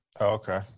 Okay